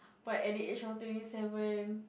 but at the age of twenty seven